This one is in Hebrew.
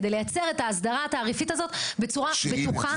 כדי לייצר את ההסדרה התעריפית הזו בצורה בטוחה,